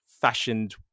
fashioned